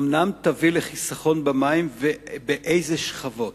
אומנם תביא לחיסכון במים, ובאילו שכבות?